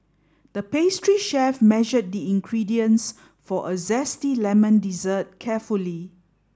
the pastry chef measured the ingredients for a zesty lemon dessert carefully